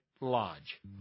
Lodge